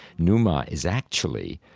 pneuma is actually